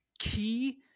key